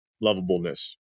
lovableness